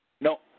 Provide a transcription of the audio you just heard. No